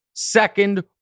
Second